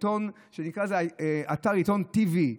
שנקרא אתר עיתון TV,